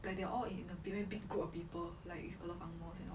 like they are all in a very big group of people like with a lot of ang moh and all